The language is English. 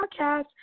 podcast